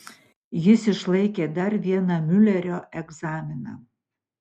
jis išlaikė dar vieną miulerio egzaminą